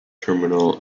terminal